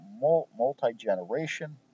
multi-generation